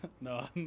No